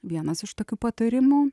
vienas iš tokių patarimų